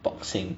boxing